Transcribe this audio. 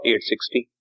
860